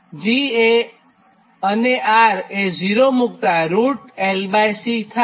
g અને r એ 0 મુક્તાં LC થાય